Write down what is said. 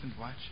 watch